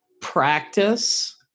practice